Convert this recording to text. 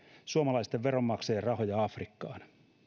suomalaisten veronmaksajien rahoja afrikkaan